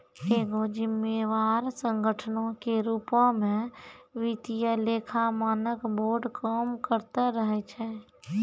एगो जिम्मेवार संगठनो के रुपो मे वित्तीय लेखा मानक बोर्ड काम करते रहै छै